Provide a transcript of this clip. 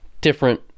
different